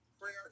prayer